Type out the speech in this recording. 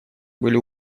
были